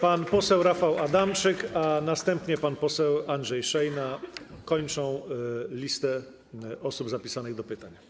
Pan poseł Rafał Adamczyk, a następnie pan poseł Andrzej Szejna zamykają listę osób zapisanych do pytań.